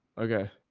okay.